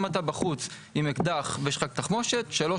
אם אתה בחוץ עם אקדח ויש לך תחמושת שלוש